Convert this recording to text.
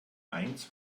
eins